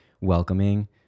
welcoming